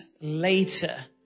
later